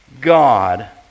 God